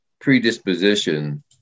predisposition